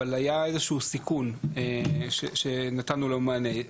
אבל היה איזה שהוא סיכון שנתנו לו מענה.